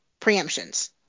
preemptions